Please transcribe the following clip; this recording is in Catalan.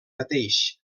mateix